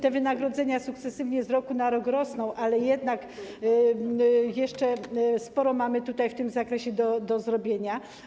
Te wynagrodzenia sukcesywnie z roku na rok rosną, ale jednak jeszcze sporo mamy w tym zakresie do zrobienia.